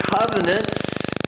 Covenant's